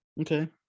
Okay